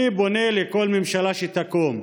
אני פונה לכל ממשלה שתקום,